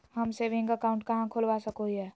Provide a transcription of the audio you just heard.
हम saving account कहाँ खोलवा सको हियै?